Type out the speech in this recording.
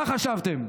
מה חשבתם,